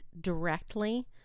directly